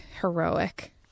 heroic